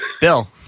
bill